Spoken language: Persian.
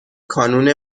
کانون